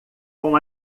com